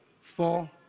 Four